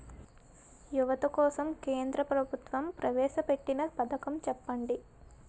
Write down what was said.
యువత కోసం కేంద్ర ప్రభుత్వం ప్రవేశ పెట్టిన పథకం చెప్పండి?